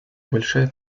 большая